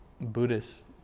Buddhist